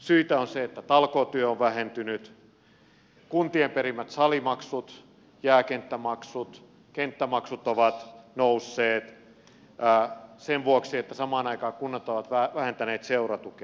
syitä ovat se että talkootyö on vähentynyt kuntien perimät salimaksut jääkenttämaksut kenttämaksut ovat nousseet sen vuoksi että samaan aikaan kunnat ovat vähentäneet seuratukea